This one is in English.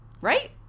Right